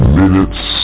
minutes